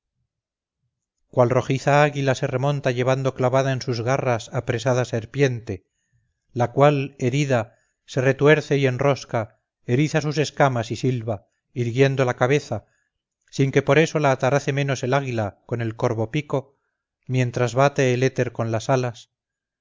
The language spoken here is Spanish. cual rojiza águila se remonta llevando clavada en sus garras apresada serpiente la cual herida se retuerce y enrosca eriza sus escamas y silba irguiendo la cabeza sin que por eso la atarace menos el águila con el corvo pico mientras bate el éter con las alas